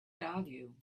value